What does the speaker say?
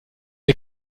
der